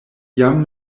jam